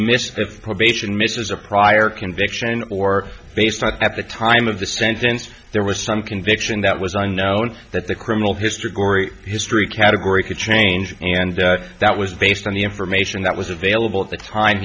that probation misses a prior conviction or they start at the time of the sentence there was some conviction that was unknown that the criminal history gory history category could change and that was based on the information that was available at the time